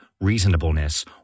reasonableness